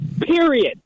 Period